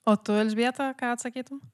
o tu elžbieta ką atsakytum